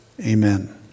Amen